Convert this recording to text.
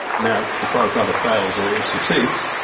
now, the product either fails or succeeds,